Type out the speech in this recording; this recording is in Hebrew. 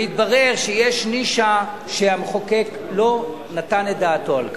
והתברר שיש נישה שהמחוקק לא נתן את דעתו על כך.